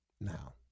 Now